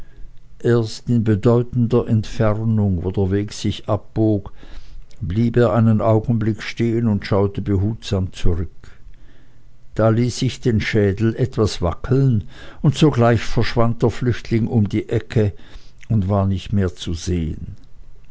erst in bedeutender entfernung wo der weg sich abbog blieb er einen augenblick stehen und schaute behutsam zurück da ließ ich den schädel etwas wackeln und sogleich verschwand der flüchtling um die ecke und war nicht mehr zu sehen